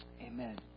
amen